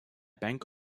bank